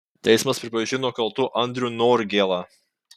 teismas pripažino kaltu andrių norgėlą